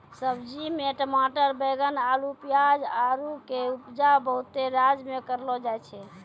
सब्जी मे टमाटर बैगन अल्लू पियाज आरु के उपजा बहुते राज्य मे करलो जाय छै